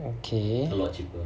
okay